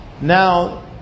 Now